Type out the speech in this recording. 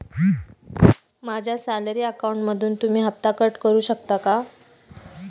माझ्या सॅलरी अकाउंटमधून तुम्ही हफ्ता कट करू शकता का?